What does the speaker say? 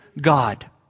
God